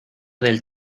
del